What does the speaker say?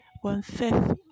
one-fifth